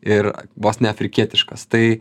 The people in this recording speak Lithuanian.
ir vos ne afrikietiškos tai